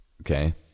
okay